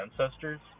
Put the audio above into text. ancestors